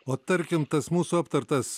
o tarkim tas mūsų aptartas